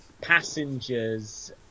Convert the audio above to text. Passengers